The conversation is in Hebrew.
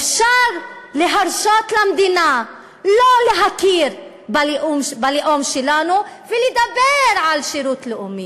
אפשר להרשות למדינה לא להכיר בלאום שלנו ולדבר על שירות לאומי?